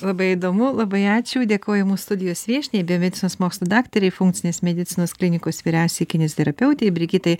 labai įdomu labai ačiū dėkoju mūsų studijos viešniai biomedicinos mokslų daktarei funkcinės medicinos klinikos vyriausiai kineziterapeutei brigitai